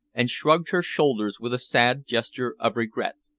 and shrugged her shoulders with a sad gesture of regret.